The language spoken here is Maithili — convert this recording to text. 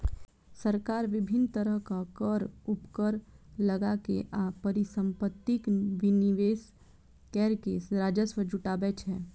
सरकार विभिन्न तरहक कर, उपकर लगाके आ परिसंपत्तिक विनिवेश कैर के राजस्व जुटाबै छै